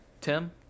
Tim